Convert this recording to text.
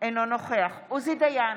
אינו נוכח עוזי דיין,